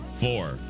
Four